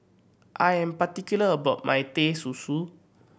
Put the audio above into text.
I am particular about my Teh Susu